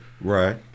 Right